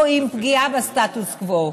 או עם פגיעה בסטטוס קוו.